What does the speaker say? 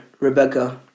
Rebecca